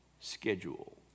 schedule